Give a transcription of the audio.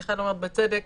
מיכל אומרת בצדק,